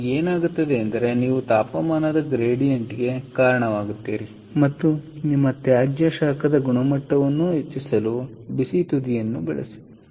ಆದ್ದರಿಂದ ಏನಾಗುತ್ತದೆ ಎಂದರೆ ನೀವು ತಾಪಮಾನದ ಗ್ರೇಡಿಯಂಟ್ ಗೆ ಕಾರಣವಾಗುತ್ತೇವೆ ಮತ್ತು ನಿಮ್ಮ ತ್ಯಾಜ್ಯ ಶಾಖದ ಗುಣಮಟ್ಟವನ್ನು ಹೆಚ್ಚಿಸಲು ಇ ಬಿಸಿಯನ್ನು ಬಳಸುತ್ತೇವೆ